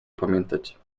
pamiętać